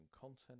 content